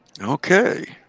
okay